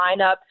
lineup